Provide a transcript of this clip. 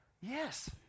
Yes